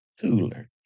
cooler